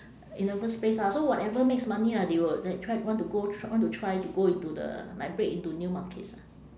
in the first place ah so whatever makes money lah they will like try want to go tr~ want to try to go into the like break into new markets ah